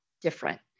different